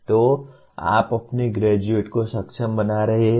तो आप अपने ग्रेजुएट को सक्षम बना रहे हैं